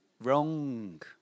Wrong